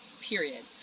period